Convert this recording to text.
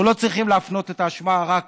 אנחנו לא צריכים להפנות את האשמה רק